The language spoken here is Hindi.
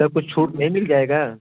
सर कुछ छूट नहीं मिल जाएगा